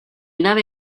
nave